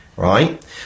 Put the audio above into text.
right